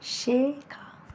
শেখা